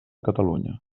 catalunya